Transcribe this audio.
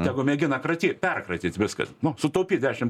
tegu mėgina kratyt perkratyt viską nu sutaupyt dešim procentų